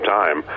time